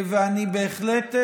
אני בהחלט,